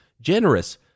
generous